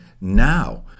now